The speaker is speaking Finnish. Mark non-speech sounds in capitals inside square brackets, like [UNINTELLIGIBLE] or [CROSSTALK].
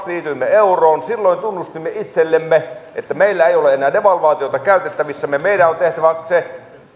[UNINTELLIGIBLE] liityimme euroon tunnustimme itsellemme että meillä ei ole enää devalvaatiota käytettävissämme meidän on tehtävä se